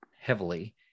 heavily